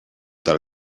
del